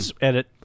edit